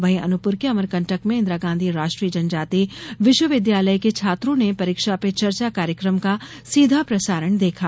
वहीं अनूपपुर के अमरकंटक में इंदिरा गांधी राष्ट्रीय जनजाती विश्वविद्यालय के छात्रों ने परीक्षा पे चर्चा कार्यक्रम का सीधा प्रसारण देखा